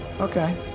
okay